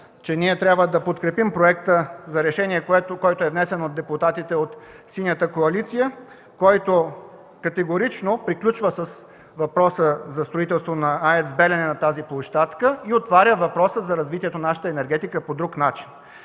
че ние трябва да подкрепим проекта за решение, внесен от депутатите от Синята коалиция, който категорично приключва с въпроса за строителство на АЕЦ „Белене” на тази площадка и отваря въпроса за развитие на нашата енергетика по друг начин.